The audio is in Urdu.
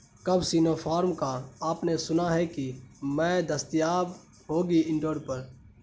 کب سینوفارم کا آپ نے سنا ہے کہ میں دستیاب ہوگی انڈور پر